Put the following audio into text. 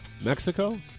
Mexico